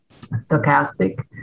stochastic